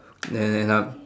then end up